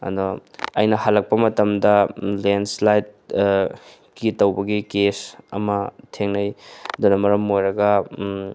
ꯑꯗꯣ ꯑꯩꯅ ꯍꯜꯂꯛꯄ ꯃꯇꯝꯗ ꯂꯦꯟꯁꯂꯥꯏꯠ ꯀꯤ ꯇꯧꯕꯒꯤ ꯀꯦꯁ ꯑꯃ ꯊꯦꯡꯅꯩ ꯑꯗꯨꯅ ꯃꯔꯝ ꯑꯣꯏꯔꯒ